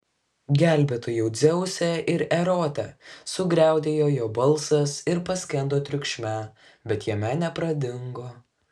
gelbėtojau dzeuse ir erote sugriaudėjo jo balsas ir paskendo triukšme bet jame nepradingo